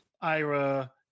Ira